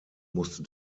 musste